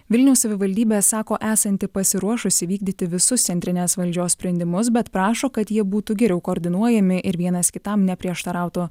vilniaus savivaldybė sako esanti pasiruošusi vykdyti visus centrinės valdžios sprendimus bet prašo kad jie būtų geriau koordinuojami ir vienas kitam neprieštarautų